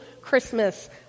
Christmas